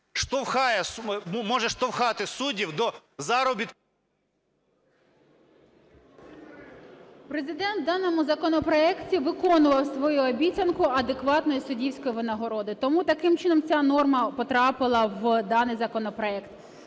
може штовхати суддів до заробітку… 17:35:25 ВЕНЕДІКТОВА І.В. Президент в даному законопроекті виконував свою обіцянку адекватної суддівської винагороди, тому таким чином ця норма потрапила в даний законопроект.